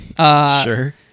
Sure